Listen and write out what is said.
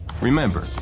Remember